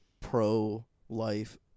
pro-life